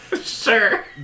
Sure